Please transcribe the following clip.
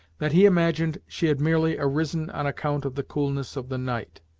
that he imagined she had merely arisen on account of the coolness of the night,